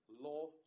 law